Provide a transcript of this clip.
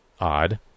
odd